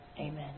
Amen